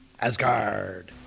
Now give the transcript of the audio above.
Asgard